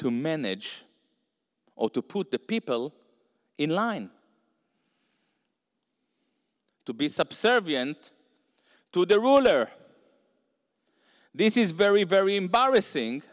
to manage or to put the people in line to be subservient to the ruler this is very very embarrassing